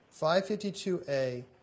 552A